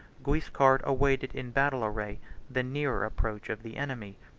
guiscard awaited in battle-array the nearer approach of the enemy.